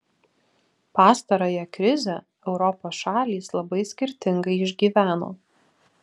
pastarąją krizę europos šalys labai skirtingai išgyveno